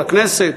לכנסת.